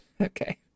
Okay